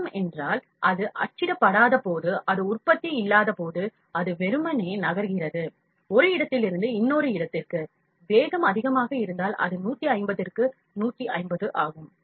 பயணம் என்றால் அது அச்சிடப்படாதபோது அது உற்பத்தி இல்லாதபோது அது வெறுமனே நகர்கிறது ஒரு இடத்திலிருந்து இன்னொரு இடத்திற்கு வேகம் அதிகமாக இருந்தால் அது 150 திற்கு 150 ஆகும்